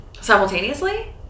simultaneously